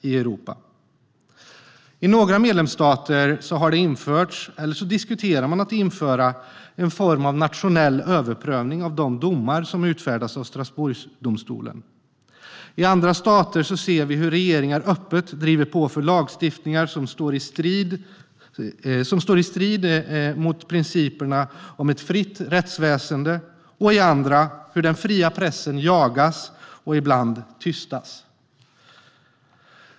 I några medlemsstater har man infört eller diskuterar att införa en form av nationell överprövning av de domar som utfärdas av Strasbourgdomstolen. I andra stater ser vi hur regeringar öppet driver på för lagstiftning som står i strid med principerna om ett fritt rättsväsen. Vi ser hur den fria pressen jagas och ibland tystas.